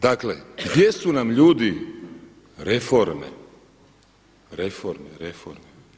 Dakle, gdje su nam ljudi reforme, reforme, reforme?